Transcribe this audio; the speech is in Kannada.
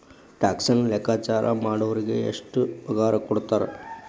ಟ್ಯಾಕ್ಸನ್ನ ಲೆಕ್ಕಾಚಾರಾ ಮಾಡೊರಿಗೆ ಎಷ್ಟ್ ಪಗಾರಕೊಡ್ತಾರ??